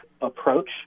approach